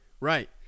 Right